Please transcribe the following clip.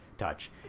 touch